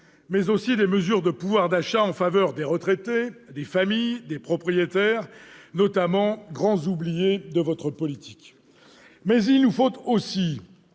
mais aussi du pouvoir d'achat des retraités, des familles et des propriétaires, notamment, grands oubliés de votre politique. Mais il nous faut aussi,